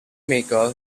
maker